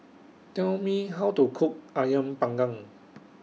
Tell Me How to Cook Ayam Panggang